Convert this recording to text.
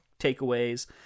takeaways